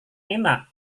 enak